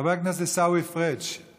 חבר הכנסת עיסאווי פריג';